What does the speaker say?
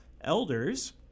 Elders